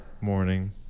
morning